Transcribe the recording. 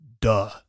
Duh